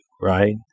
Right